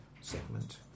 segment